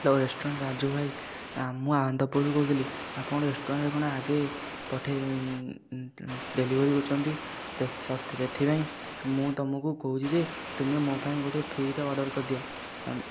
hello restaurant Raju ଭାଇ ମୁଁ ଆନନ୍ଦପୁରରୁ କହୁଥିଲି ଆପଣଙ୍କ ରେଷ୍ଟୁରାଣ୍ଟ୍ରେ କ'ଣ ଆଗେ ଡେଲିଭରି କରୁଛନ୍ତି ସେଥିପାଇଁ ମୁଁ ତମକୁ କହୁଛି ଯେ ତୁମେ ମୋ ପାଇଁ ଗୋଟେ ଫ୍ରିରେ ଅର୍ଡ଼ର କରିଦିଅ